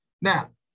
Now